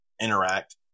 interact